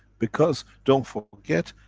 because don't forget,